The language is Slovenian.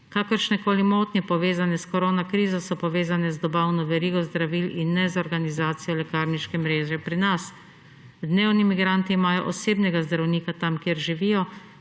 Kakršnekoli motnje, povezane s koronakrizo, so povezane z dobavno verigo zdravil in ne z organizacijo lekarniške mreže pri nas. Dnevni migranti imajo osebnega zdravnika tam, kjer živijo,